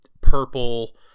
purple